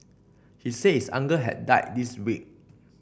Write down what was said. he said his uncle had died this week